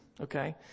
okay